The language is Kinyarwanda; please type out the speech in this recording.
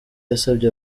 yasabye